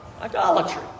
idolatry